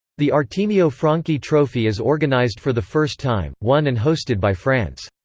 the artemio franchi trophy is organized for the first time, won and hosted by france.